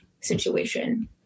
situation